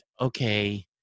okay